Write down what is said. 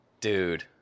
Dude